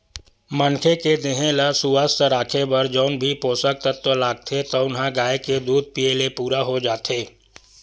मनखे के देहे ल सुवस्थ राखे बर जउन भी पोसक तत्व लागथे तउन ह गाय के दूद पीए ले पूरा हो जाथे